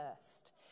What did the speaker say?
first